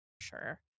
Sure